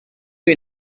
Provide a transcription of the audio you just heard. you